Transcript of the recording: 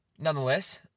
Nonetheless